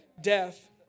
Death